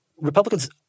republicans